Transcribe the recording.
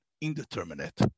indeterminate